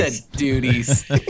Duties